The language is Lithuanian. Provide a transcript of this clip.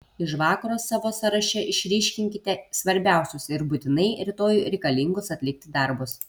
iš vakaro savo sąraše išryškinkite svarbiausius ir būtinai rytoj reikalingus atlikti darbus